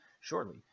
shortly